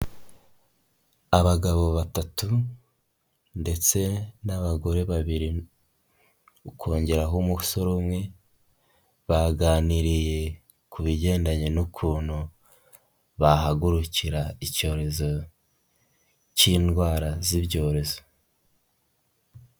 Abagabo batatu ndetse n'abagore babiri ukongeraho umusore umwe baganiriye ku bigendanye n'ukuntu bahagurukira icyorezo k'indwara z'ibyorezo.